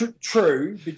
True